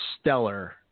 stellar